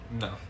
No